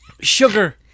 Sugar